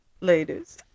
ladies